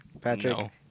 Patrick